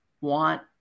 want